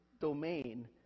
domain